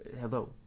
Hello